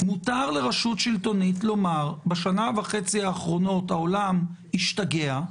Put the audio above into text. מותר לרשות שלטונית לומר "בשנה וחצי האחרונות העולם השתגע,